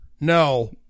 no